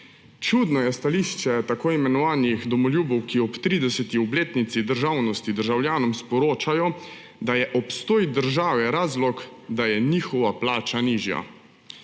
Čudno je stališče tako imenovanih domoljubov, ki ob 30. obletnici državnosti državljanom sporočajo, da je obstoj države razlog, da je njihova plača nižja.